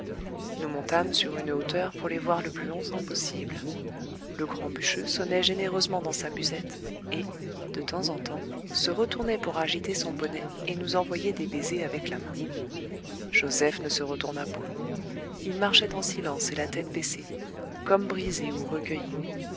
nous montâmes sur une hauteur pour les voir le plus longtemps possible le grand bûcheux sonnait généreusement dans sa musette et de temps en temps se retournait pour agiter son bonnet et nous envoyer des baisers avec la main joseph ne se retourna point il marchait en silence et la tête baissée comme brisé ou recueilli